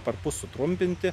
perpus sutrumpinti